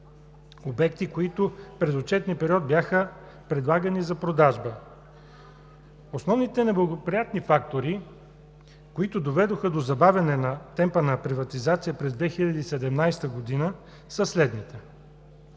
обекти, които през отчетния период бяха предлагани за продажба. Основните неблагоприятни фактори, които доведоха до забавяне на темпа на приватизация през 2017 г. са следните: